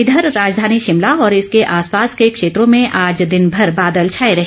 इधर राजधानी शिमला और इसके आसपास के क्षेत्रों में आज दिनभर बादल छाए रहे